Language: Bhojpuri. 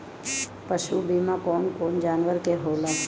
पशु बीमा कौन कौन जानवर के होला?